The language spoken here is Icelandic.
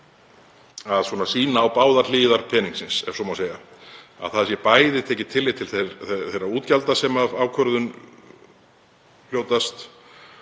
að sýna á báðar hliðar peningsins, ef svo má segja, það sé bæði tekið tillit til þeirra útgjalda sem af ákvörðun hljótast